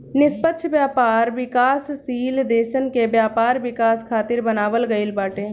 निष्पक्ष व्यापार विकासशील देसन के व्यापार विकास खातिर बनावल गईल बाटे